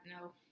no